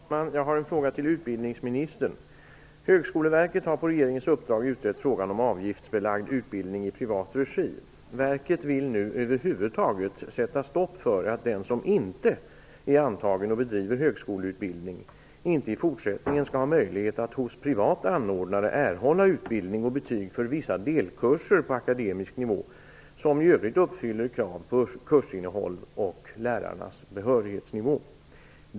Herr talman! Jag har en fråga till utbildningsministern. Högskoleverket har på regeringens uppdrag utrett frågan om avgiftsbelagd utbildning i privat regi. Verket vill nu sätta stopp för att de som inte bedriver högskoleutbildning skall ha möjlighet att hos privata anordnare erhålla utbildning och betyg för vissa delkurser på akademisk nivå. Det handlar om kurser som i övrigt uppfyller kraven vad gäller kursinnehållet och lärarnas behörighet.